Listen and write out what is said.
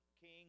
king